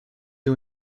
you